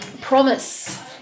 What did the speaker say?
Promise